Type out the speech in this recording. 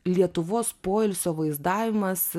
lietuvos poilsio vaizdavimas